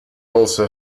also